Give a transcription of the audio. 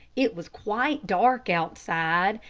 it was quite dark outside,